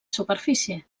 superfície